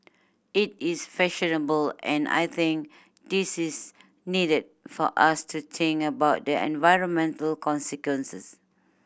it is fashionable and I think this is needed for us to think about the environmental consequences